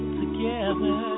together